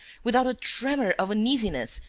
without a tremor of uneasiness,